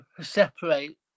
separate